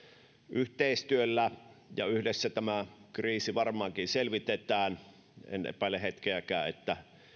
yhteistyöllä ja yhdessä tämä kriisi varmaankin selvitetään en epäile hetkeäkään että